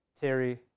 Terry